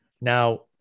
Now